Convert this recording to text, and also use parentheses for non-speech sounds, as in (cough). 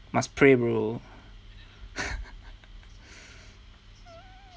must pray bro (laughs)